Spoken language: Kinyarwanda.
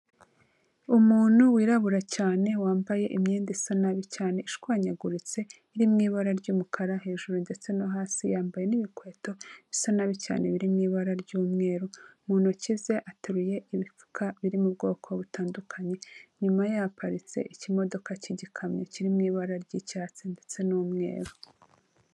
Umuntu wirabura cyane wambaye imyenda isa nabi cyane ishwanyaguritse iri mu ibara ry'umukara hejuru ndetse no hasi yambaye n'ibikweto bisa nabi cyane biri mu ibara ry'umweru, mu ntoki ze ateruye ibipfuka biri mu bwoko butandukanye nyuma yaparitse ikimodoka cy'igikamyo kiri mu ibara ry'icyatsi ndetse n'umweru.